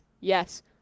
yes